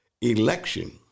election